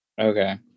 Okay